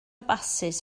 basys